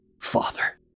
father